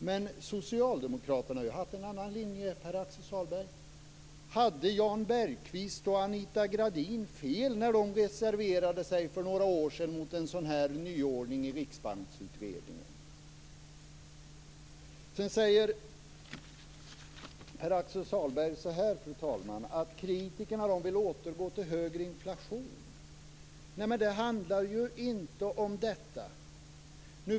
Men socialdemokraterna har ju haft en annan linje, Pär Axel Sahlberg. Hade Jan Bergqvist och Anita Gradin fel när de reserverade sig för några år sedan mot en nyordning i riksbanksutredningen? Pär Axel Sahlberg säger, fru talman, att kritikerna vill återgå till högre inflation. Men det handlar ju inte om detta.